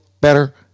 better